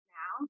now